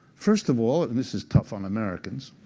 first of all, and this is tough on americans.